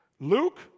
Luke